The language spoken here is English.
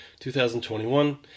2021